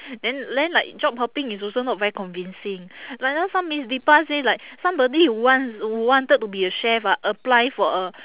then then like job hopping is also not very convincing like last time miss dipa say like somebody wants wanted to be a chef ah apply for a